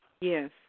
Yes